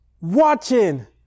watching